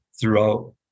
throughout